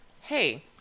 hey